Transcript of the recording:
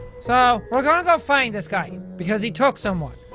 so we're gonna go find this guy. because he took someone.